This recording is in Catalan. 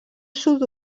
sud